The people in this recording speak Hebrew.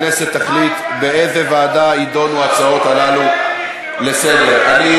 לכן ועדת הכנסת תחליט באיזו ועדה יידונו ההצעות לסדר-היום הללו.